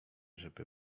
żeby